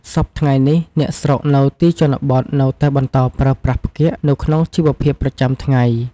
សព្វថ្ងៃនេះ អ្នកស្រុកនៅទីជនបទនៅតែបន្តប្រើប្រាស់ផ្គាក់នៅក្នុងជីវភាពប្រចាំថ្ងៃ។